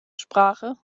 sprache